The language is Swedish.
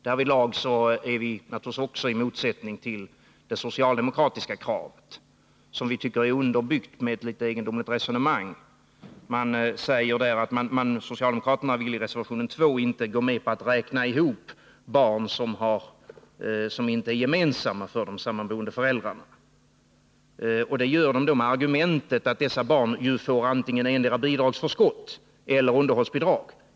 Härvidlag är vi naturligtvis också i motsättning till det socialdemokratiska kravet, som vi tycker är underbyggt med ett litet egendomligt resonemang. Socialdemokraterna vill i reservation 2 inte gå med på att räkna ihop barn som inte är gemensamma för de sammanboende föräldrarna, och det gör de med argumentet att dessa barn får antingen bidragsförskott eller underhållsbidrag.